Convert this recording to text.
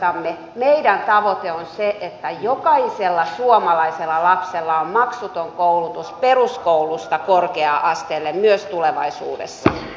meidän tavoitteemme on se että jokaisella suomalaisella lapsella on maksuton koulutus peruskoulusta korkea asteelle myös tulevaisuudessa